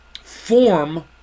form